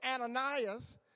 Ananias